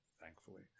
thankfully